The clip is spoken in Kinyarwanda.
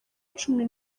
cumi